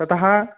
ततः